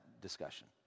discussion